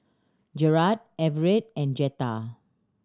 Jarad Everett and Jetta